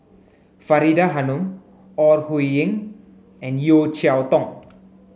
Faridah Hanum Ore Huiying and Yeo Cheow Tong